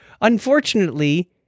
Unfortunately